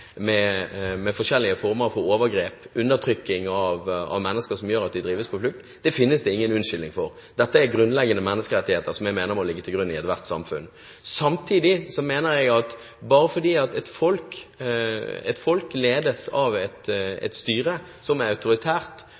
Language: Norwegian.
forskjellige former for overgrep og undertykking av mennesker som gjør at de drives på flukt. Det finnes det ingen unnskyldning for. Dette er grunnleggende menneskerettigheter som jeg mener må ligge til grunn i ethvert samfunn. Samtidig mener jeg at bare fordi et folk ledes av et styre som er autoritært,